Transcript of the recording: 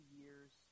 years